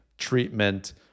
treatment